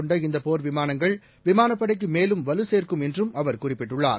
கொண்ட இந்தபோர் விமானங்கள் விமானப்படைக்குமேலும் வலுசோ்க்கும் என்றும் பல்திறன் அவர் குறிப்பிட்டுள்ளார்